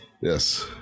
Yes